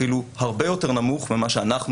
אפילו הרבה יותר נמוך ממה שאנחנו